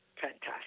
fantastic